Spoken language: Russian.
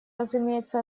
разумеется